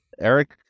Eric